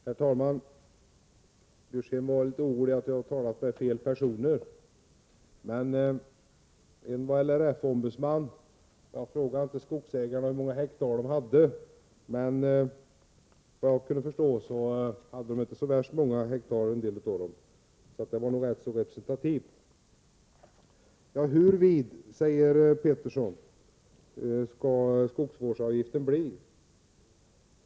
Herr talman! Karl Björzén var orolig för att jag hade talat med fel personer. En var LRF-ombudsman. Jag frågade inte skogsägarna hur många hektar de hade, men vad jag kunde förstå hade en del av dem inte så värst många hektar, så de var nog rätt representativa. Karl-Anders Petersson frågade hur vid skogsvårdsavgiften skall bli.